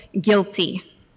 guilty